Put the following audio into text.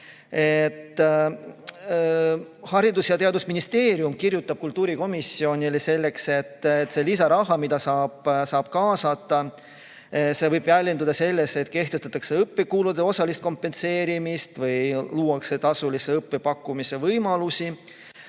Haridus- ja Teadusministeerium kirjutab kultuurikomisjonile, et see lisaraha, mida saab kaasata, võib väljenduda selles, et kehtestatakse õppekulude osaline kompenseerimine, või luuakse tasulise õppe pakkumise võimalusi,